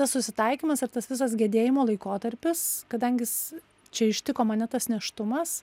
susitaikymas ir tas visas gedėjimo laikotarpis kadangi jis čia ištiko mane tas nėštumas